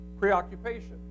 Preoccupation